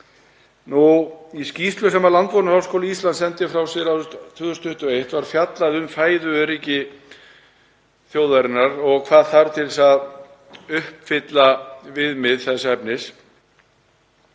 Í skýrslu sem Landbúnaðarháskóli Íslands sendi frá sér árið 2021 var fjallað um fæðuöryggi þjóðarinnar og hvað þurfi til að uppfylla viðmið þess efnis.